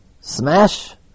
smash